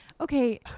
Okay